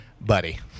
buddy